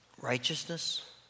righteousness